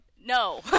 No